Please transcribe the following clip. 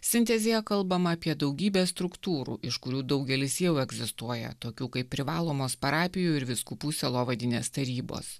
sintezėje kalbama apie daugybę struktūrų iš kurių daugelis jau egzistuoja tokių kaip privalomos parapijų ir vyskupų sielovadinės tarybos